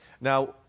Now